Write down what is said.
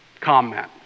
comment